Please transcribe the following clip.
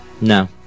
No